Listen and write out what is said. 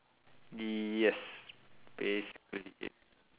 yes basically it